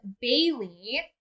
Bailey